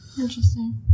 interesting